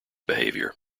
behavior